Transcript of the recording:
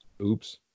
Oops